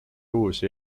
uusi